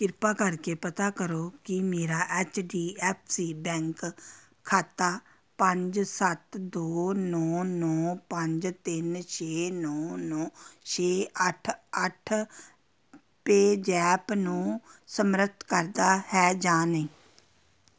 ਕਿਰਪਾ ਕਰਕੇ ਪਤਾ ਕਰੋ ਕੀ ਮੇਰਾ H D F C bank ਖਾਤਾ ਪੰਜ ਸੱਤ ਦੋ ਨੌਂ ਨੌਂ ਪੰਜ ਤਿੰਨ ਛੇ ਨੌਂ ਨੌਂ ਛੇ ਅੱਠ ਅੱਠ ਪੇਜੈਪ ਨੂੰ ਸਮਰਥ ਕਰਦਾ ਹੈ ਜਾਂ ਨਹੀਂ